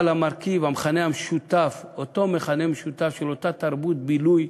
אבל המכנה המשותף הוא אותו מכנה משותף של אותה תרבות בילוי